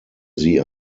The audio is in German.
sie